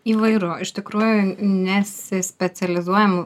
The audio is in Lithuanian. įvairų iš tikrųjų nesispecializuojam